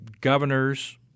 governors